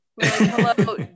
Hello